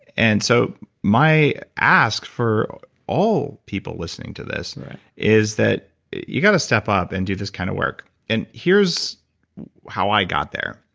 and so my ask for all people listening to this is that you got to step up and do this kind of work. and here's how i got there.